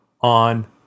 on